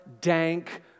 dank